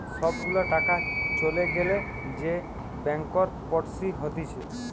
সব গুলা টাকা চলে গ্যালে যে ব্যাংকরপটসি হতিছে